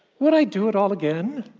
would i do it all again?